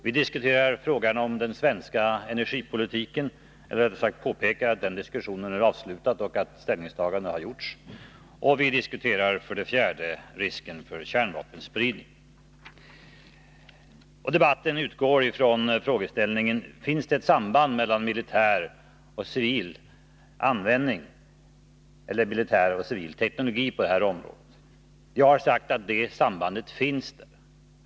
Vi diskuterar för det tredje frågan om den svenska energipolitiken eller rättare sagt påpekar att den diskussionen är avslutad och att ställningstagande har skett. Vi diskuterar för det fjärde risken för kärnvapenspridning. Debatten utgår från frågeställningen: Finns det ett samband mellan militär och civil teknologi på detta område? Jag har sagt att det sambandet finns där.